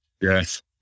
yes